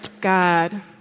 God